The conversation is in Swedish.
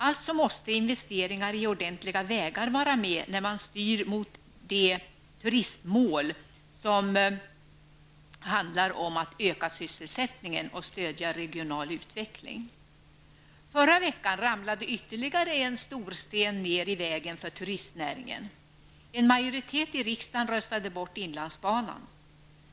Alltså måste investeringar i ordentliga vägar vara med när man styr mot de turistmål som handlar om att öka sysselsättningen och att stödja regional utveckling. Förra veckan ramlade ytterligare en stor sten ned i vägen för turistnäringen. En majoritet i riksdagen röstade bort Inlandsbanan.